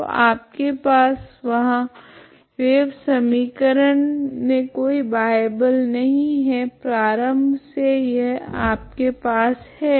तो आपके पास वहाँ वेव समीकरण मे कोई बाह्य बल नहीं है प्रारम्भ मे यह आपके पास है